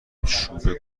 چوب